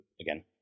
Again